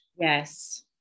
Yes